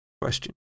question